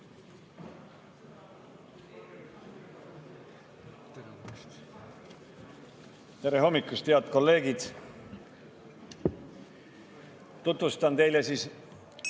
Tere hommikust, head kolleegid! Tutvustan teile